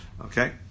Okay